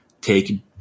take